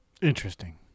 Interesting